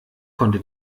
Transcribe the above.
konnte